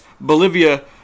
Bolivia